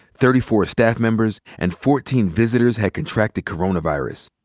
thirty four staff members and fourteen visitors had contracted coronavirus.